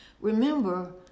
Remember